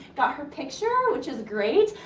got her picture, which is great.